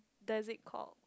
does it call